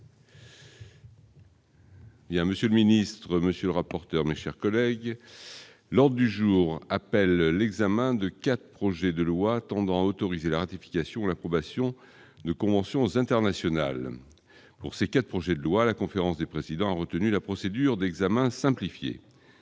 monsieur le ministre, monsieur le rapporteur, mes chers collègues lors du jour appelle l'examen de 4 projets de loi tendant à autoriser la ratification l'approbation de conventions internationales pour ces 4 projets de loi, la conférence des présidents retenu la procédure d'examen simplifié,